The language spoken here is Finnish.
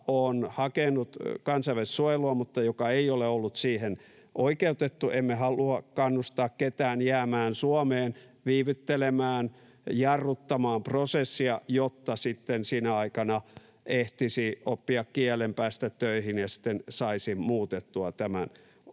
on hakenut kansainvälistä suojelua mutta joka ei ole ollut siihen oikeutettu, jäämään Suomeen, viivyttelemään, jarruttamaan prosessia, jotta sitten sinä aikana ehtisi oppia kielen, päästä töihin ja siten saisi muutettua tämän